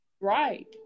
Right